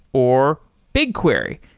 or bigquery.